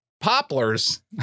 poplars